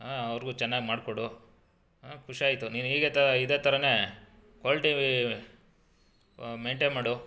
ಆಂ ಅವ್ರಿಗೂ ಚೆನ್ನಾಗಿ ಮಾಡಿಕೊಡು ಖುಷಿಯಾಯಿತು ನೀನು ಹೀಗೆ ತ ಇದೇ ಥರನೇ ಕ್ವಾಲ್ಟಿ ಮೇನ್ಟೇನ್ ಮಾಡು